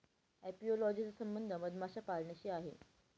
apiology चा संबंध मधमाशा पाळण्याशी आहे